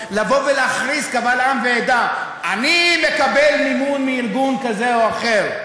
לבוא ולהכריז קבל עם ועדה: אני מקבל מימון מארגון כזה או אחר,